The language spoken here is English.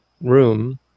room